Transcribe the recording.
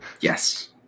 Yes